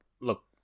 look